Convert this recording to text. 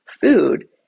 food